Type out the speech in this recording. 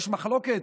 יש מחלוקת,